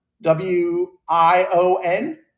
W-I-O-N